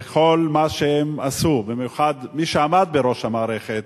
בכל מה שהם עשו, במיוחד מי שעמד בראש המערכת,